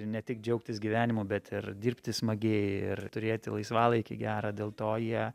ir ne tik džiaugtis gyvenimu bet ir dirbti smagiai ir turėti laisvalaikį gerą dėl to jie